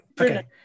Okay